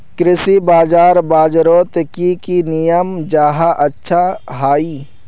कृषि बाजार बजारोत की की नियम जाहा अच्छा हाई?